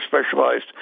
specialized